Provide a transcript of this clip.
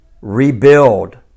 Rebuild